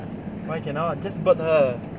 why cannot just bird her